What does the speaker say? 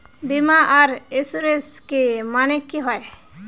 बीमा आर इंश्योरेंस के माने की होय?